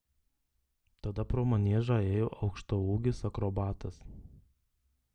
tada pro maniežą ėjo aukštaūgis akrobatas